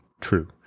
true